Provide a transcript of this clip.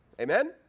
Amen